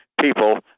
people